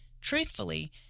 Truthfully